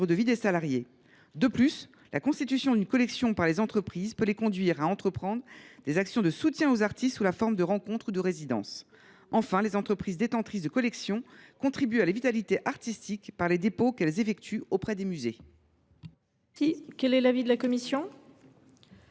de vie des salariés. De plus, la constitution d’une collection par les entreprises peut les conduire à entreprendre des actions de soutien aux artistes sous la forme de rencontres ou de résidences. Enfin, les entreprises détentrices de collection contribuent à la vitalité artistique par les dépôts qu’elles effectuent auprès des musées. Quel est l’avis de la commission ?